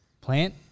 plant